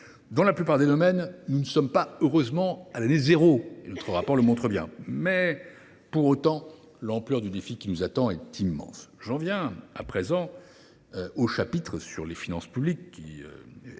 Dans la plupart des domaines, nous n’en sommes pas, heureusement, à l’année zéro – notre rapport le montre bien –, mais, pour autant, l’ampleur du défi qui nous attend est immense. J’en viens à présent à la situation d’ensemble de nos finances publiques. Cette